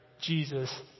Jesus